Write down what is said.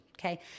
okay